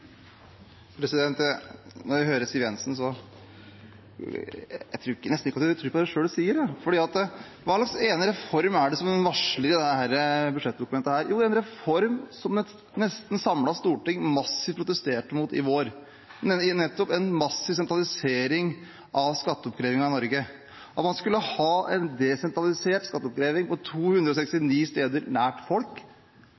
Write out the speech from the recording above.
Når jeg hører Siv Jensen, tror jeg nesten ikke hun tror på det hun selv sier, for hva slags reform er det egentlig som hun varsler i dette budsjettdokumentet? Jo, det er en reform som et nesten samlet storting massivt protesterte mot i vår. Den gir nettopp en massiv sentralisering av skatteoppkrevingen i Norge. Man skulle ha en desentralisert skatteoppkreving på 269 steder nært folk,